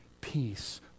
peace